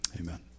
Amen